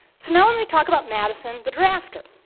so now, let me talk about madison, the drafter.